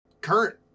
Current